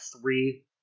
three